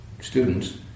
students